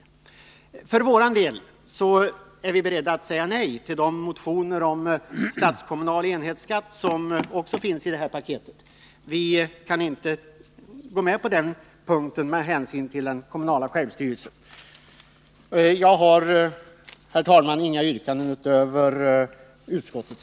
Vi för vår del är beredda att säga nej till de motioner om statskommunal enhetsskatt som också finns med i paketet. Vi kan inte gå med på det med hänsyn till den kommunala självstyrelsen. Jag har, herr talman, inget yrkande utöver utskottets.